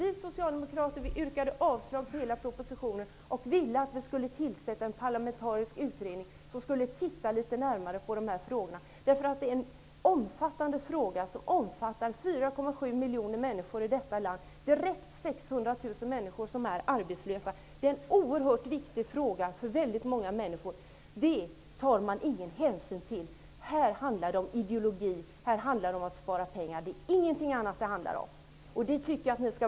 Vi socialdemokrater yrkade avslag på hela propositionen och föreslog att en parlamentarisk utredning skull tillsättas för att studera frågan litet närmare. Frågan är nämligen mycket omfattande; den omfattar 4,7 miljoner människor i detta land, direkt 600 000 människor som är arbetslösa. Frågan är oerhört viktig för många människor. Men det tar man ingen hänsyn till. Här handlar det om ideologi och om att spara pengar. Ingenting annat handlar det om.